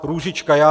Růžička Jan